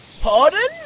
Pardon